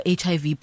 hiv